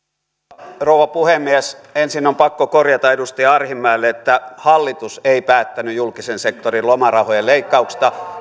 arvoisa rouva puhemies ensin on pakko korjata edustaja arhinmäelle että hallitus ei päättänyt julkisen sektorin lomarahojen leikkauksesta